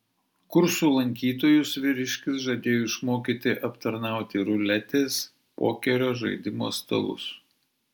kursų lankytojus vyriškis žadėjo išmokyti aptarnauti ruletės pokerio žaidimo stalus